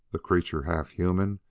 the creature half-human,